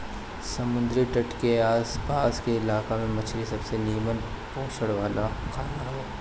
समुंदरी तट के आस पास के इलाका में मछरी सबसे निमन पोषण वाला खाना हवे